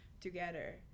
together